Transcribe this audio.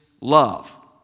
love